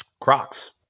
Crocs